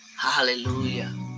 Hallelujah